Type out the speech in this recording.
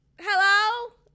Hello